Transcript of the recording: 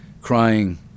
crying